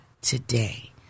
today